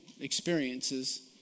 experiences